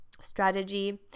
strategy